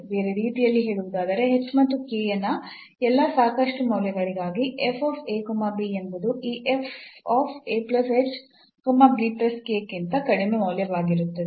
ಬೇರೆ ರೀತಿಯಲ್ಲಿ ಹೇಳುವುದಾದರೆ ಮತ್ತು ನ ಎಲ್ಲಾ ಸಾಕಷ್ಟು ಮೌಲ್ಯಗಳಿಗಾಗಿ ಎಂಬುದು ಈ ಗಿಂತ ಕಡಿಮೆ ಮೌಲ್ಯವಾಗಿರುತ್ತದೆ